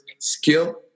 skill